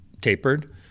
tapered